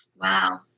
wow